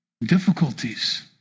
difficulties